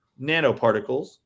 nanoparticles